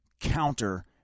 counter